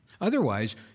Otherwise